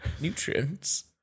nutrients